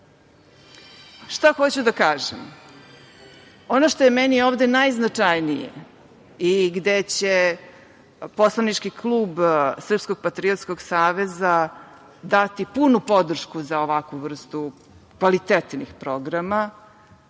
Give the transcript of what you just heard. hoću da kažem, ono što je meni ovde najznačajnije i gde će poslanički klub SPAS-a dati punu podršku za ovakvu vrstu kvalitetnih programa,